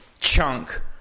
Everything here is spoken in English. chunk